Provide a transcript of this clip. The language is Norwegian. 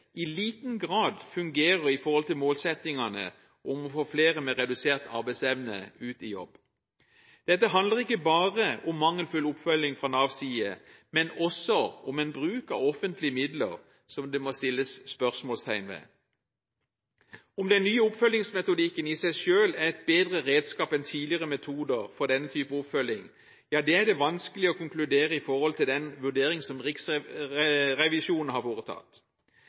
i liten grad fungerer i forhold til målsettingen om å få flere med redusert arbeidsevne ut i jobb. Dette handler ikke bare om mangelfull oppfølging fra Navs side, men også om en bruk av offentlige midler som det må settes spørsmålstegn ved. Om den nye oppfølgingsmetodikken i seg selv er et bedre redskap enn tidligere metoder for denne typen oppfølging, er det vanskelig å konkludere med i forhold til den vurdering som Riksrevisjonen har foretatt.